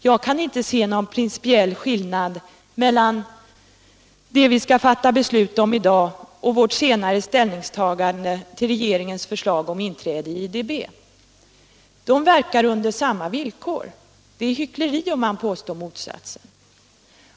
Jag kan inte se någon principiell skillnad mellan det vi skall fatta beslut om i dag och vårt senare ställningstagande till regeringens förslag om inträde i IDB. De verkar under samma villkor. Det är hyckleri om man försöker påstå motsatsen.